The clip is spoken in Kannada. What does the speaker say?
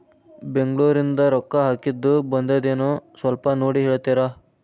ಬೆಂಗ್ಳೂರಿಂದ ರೊಕ್ಕ ಹಾಕ್ಕಿದ್ದು ಬಂದದೇನೊ ಸ್ವಲ್ಪ ನೋಡಿ ಹೇಳ್ತೇರ?